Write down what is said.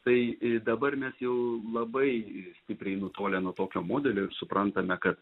tai dabar mes jau labai stipriai nutolę nuo tokio modelio ir suprantame kad